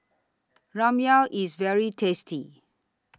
Ramyeon IS very tasty